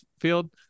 field